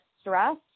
stress